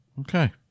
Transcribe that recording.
Okay